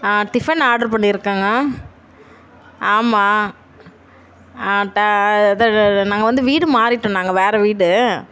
tiffin order பண்ணிருக்கேங்க ஆமாம் த இதை நாங்கள் வந்து வீடு மாறிவிட்டோம் நாங்கள் வேறு வீடு